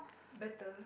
better